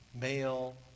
male